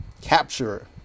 capture